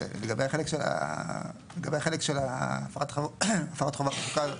לגבי החלק של הפרת חובה חקוקה,